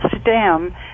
stem